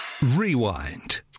Rewind